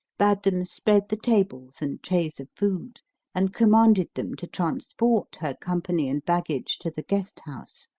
bade them spread the tables and trays of food and commanded them to transport her company and baggage to the guess house.